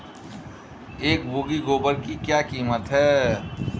एक बोगी गोबर की क्या कीमत है?